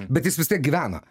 bet jis vis tiek gyvena